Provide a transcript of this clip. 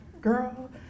Girl